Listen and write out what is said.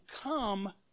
come